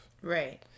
right